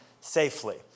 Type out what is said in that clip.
safely